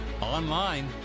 online